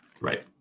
right